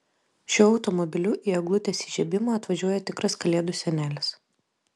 šiuo automobiliu į eglutės įžiebimą atvažiuoja tikras kalėdų senelis